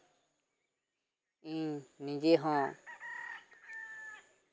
ᱤᱧ ᱱᱤᱡᱮ ᱦᱚᱸ